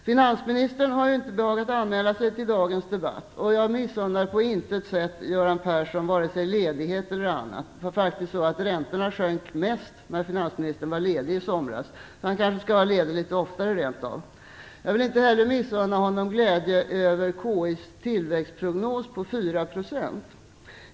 Finansministern har inte behagat anmäla sig till dagens debatt. Jag missunnar på intet sätt Göran Persson vare sig ledighet eller annat. Det var faktiskt så att räntorna sjönk mest när finansministern var ledig i somras. Han kanske rent av skall vara ledig litet oftare. Jag vill inte heller missunna honom glädjen över KI:s tillväxtprognos på 4 %.